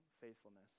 faithfulness